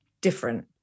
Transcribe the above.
different